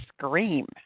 Scream